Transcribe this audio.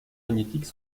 magnétiques